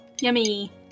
Yummy